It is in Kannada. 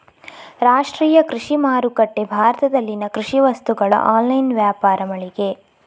ರಾಷ್ಟ್ರೀಯ ಕೃಷಿ ಮಾರುಕಟ್ಟೆ ಭಾರತದಲ್ಲಿನ ಕೃಷಿ ವಸ್ತುಗಳ ಆನ್ಲೈನ್ ವ್ಯಾಪಾರ ಮಳಿಗೆ